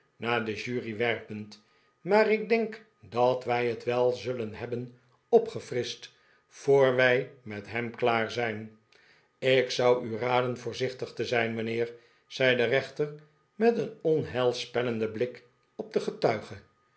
naar de jury werpend maar ik denk dat wij net wel wat zullen hebben opgefrischt voor wij met hem klaar zijn ik zou u raden voorzichtig te zijn mijnheer zei de rechter met een onheilspellenden blik op den getuige